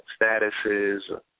statuses